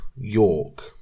York